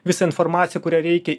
visą informaciją kurią reikia